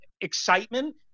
excitement